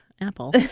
Apple